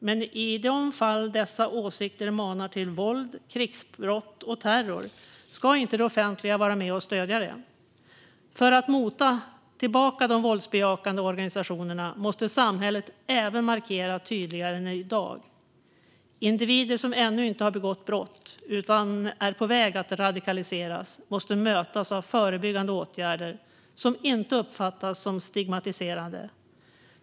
Men i de fall då dessa åsikter manar till våld, krigsbrott eller terror ska inte det offentliga vara med och stödja detta. För att mota tillbaka de våldsbejakande organisationerna måste samhället markera tydligare än i dag. Individer som ännu inte har begått brott utan är på väg att radikaliseras måste mötas av förebyggande åtgärder som inte uppfattas som stigmatiserande.